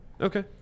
Okay